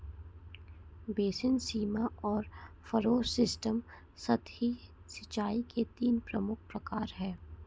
basin, सीमा और furrow system सतही सिंचाई के तीन प्रमुख प्रकार है